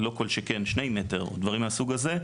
לא כל שכן שני מטר ודברים מהסוג הזה,